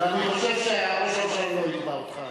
אני חושב שראש הממשלה לא יתבע אותך,